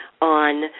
on